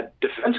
defense